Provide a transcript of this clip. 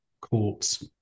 courts